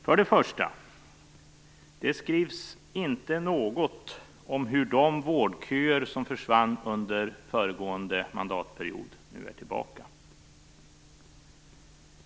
För det första: Det skrivs inte något om att de vårdköer som försvann under föregående mandatperiod nu är tillbaka.